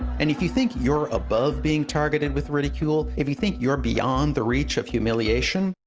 and if you think you're above being targeted with ridicule, if you think you're beyond the reach of humiliation,